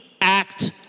act